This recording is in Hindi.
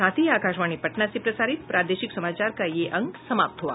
इसके साथ ही आकाशवाणी पटना से प्रसारित प्रादेशिक समाचार का ये अंक समाप्त हुआ